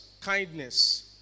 kindness